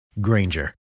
Granger